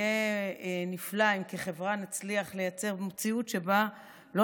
יהיה נפלא אם כחברה נצליח לייצר מציאות שבה לא